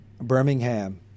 Birmingham